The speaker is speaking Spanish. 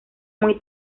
muy